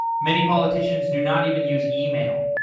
many politicians do not even use email.